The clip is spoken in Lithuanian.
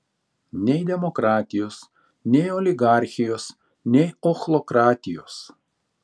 nei demokratijos nei oligarchijos nei ochlokratijos